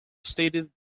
stated